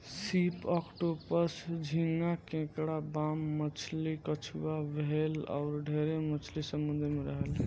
सीप, ऑक्टोपस, झींगा, केकड़ा, बाम मछली, कछुआ, व्हेल अउर ढेरे मछली समुंद्र में रहेले